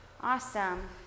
awesome